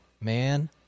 man